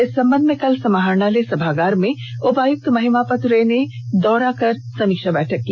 इस संबंध में कल समाहरणालय सभागार में उपायुक्त महिमापत रे ने समीक्षा बैठक की